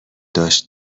داشت